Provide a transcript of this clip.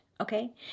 okay